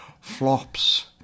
flops